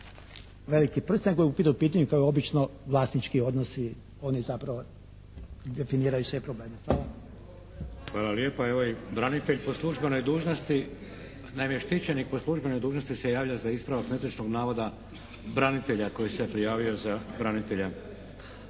velike prste nego je u pitanju kao i obično vlasnički odnosi, oni zapravo definiraju sve probleme. Hvala. **Šeks, Vladimir (HDZ)** Hvala lijepo. Evo i branitelj po službenoj dužnosti, naime štićenik po službenoj dužnosti se javlja za ispravak netočnog navoda branitelja koji se prijavio za branitelja.